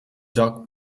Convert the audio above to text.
doc